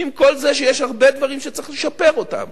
עם כל זה שיש הרבה דברים שצריך לשפר אותם,